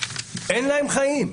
אין להם חיים.